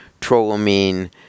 trolamine